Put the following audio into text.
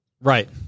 Right